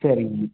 சரிங்க